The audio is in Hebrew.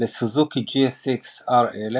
לסוזוקי GSX-R1000